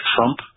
Trump